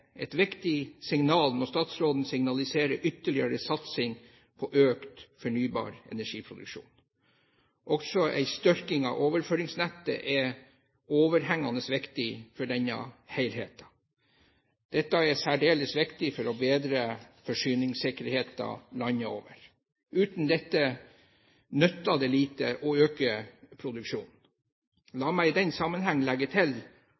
et viktig signal når statsråden signaliserer ytterligere satsing på økt fornybar energiproduksjon. Også en styrking av overføringsnettet er overhengende viktig for denne helheten. Dette er særdeles viktig for å bedre forsyningssikkerheten landet over. Uten dette nytter det lite å øke produksjonen. La meg i denne sammenheng legge til